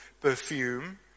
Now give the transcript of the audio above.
perfume